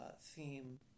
theme